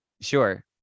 Sure